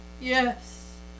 yes